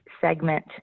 segment